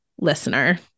listener